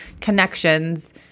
Connections